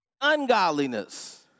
ungodliness